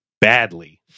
badly